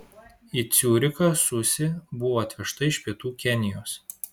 į ciurichą susi buvo atvežta iš pietų kenijos